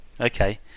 okay